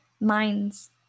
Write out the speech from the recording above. minds